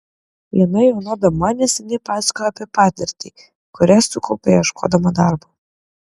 viena jauna dama neseniai pasakojo apie patirtį kurią sukaupė ieškodama darbo